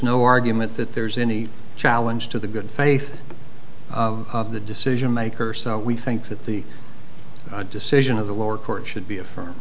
no argument that there's any challenge to the good faith of the decision maker so we think that the decision of the lower court should be affirm